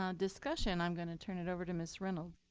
um discussion, i'm going to turn it over to ms reynolds.